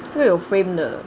这个有 frame 的